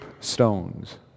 stones